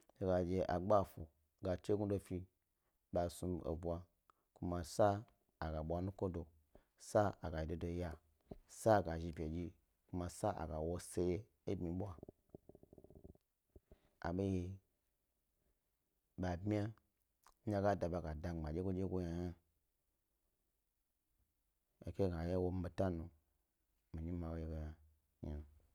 He dye a gbafu ga chignu do fi bas nu ebwa ku ma sa aga bwa nukodo sag a zhi de do ya…, sag a zhi bedyi ku ma sag a wo se ye ebmi bwa, a dye ba bmya ndye ga da ɓa ga da migbma dyegodyego yna ba hna, he ke gna he ye he wo mi betanu mi nyi ma yi ge yna hna.